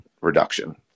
reduction